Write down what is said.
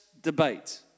debate